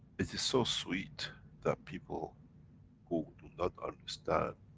it is so sweet that people who do not understand,